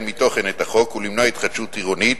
מתוכן את החוק ולמנוע התחדשות עירונית,